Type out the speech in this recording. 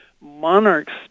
monarchs